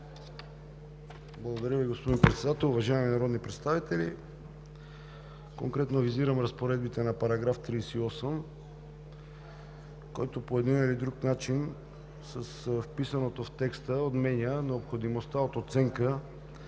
Благодаря Ви, господин Председател. Уважаеми народни представители! Конкретно визирам разпоредбите на § 38, който по един или друг начин, с вписаното в текста, отменя необходимостта от оценка